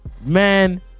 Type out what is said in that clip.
man